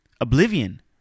Oblivion